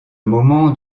moment